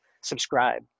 subscribe